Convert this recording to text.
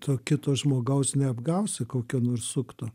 to kito žmogaus neapgausi kokio nors sukto